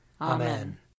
Amen